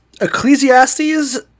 Ecclesiastes